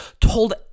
told